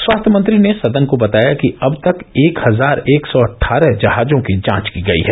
स्वास्थ्य मंत्री ने सदन को बताया कि अब तक एक हजार एक सौ अट्ठारह जहाजों की जांच की गई है